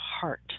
heart